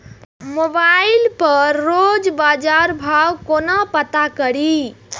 Mobile पर रोज बजार भाव कोना पता करि?